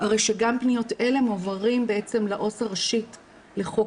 הרי שגם פניות אלה מועברות לעו"ס הראשית לחוק